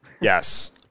Yes